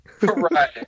Right